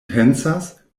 pensas